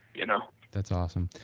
you know that's awesome.